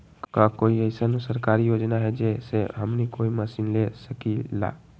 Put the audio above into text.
का कोई अइसन सरकारी योजना है जै से हमनी कोई मशीन ले सकीं ला?